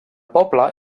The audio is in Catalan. poble